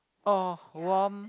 oh warm